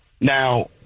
Now